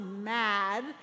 mad